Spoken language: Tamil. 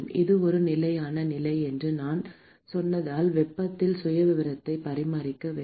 இது ஒரு நிலையான நிலை என்று நான் சொன்னதால் வெப்பநிலை சுயவிவரத்தை பராமரிக்க வேண்டும்